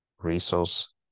Resource